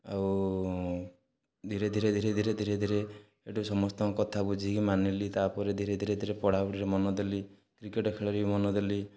ଆଉ ଧୀରେ ଧୀରେ ଧୀରେ ଧୀରେ ଧୀରେ ଧୀରେ ଏଠୁ ସମସ୍ତଙ୍କ କଥା ବୁଝିକି ମାନିଲି ତା'ପରେ ଧୀରେ ଧୀରେ ଧୀରେ ପଢ଼ାରେ ମନ ଦେଲି କ୍ରିକେଟ୍ ଖେଳରେ ବି ମନ ଦେଲି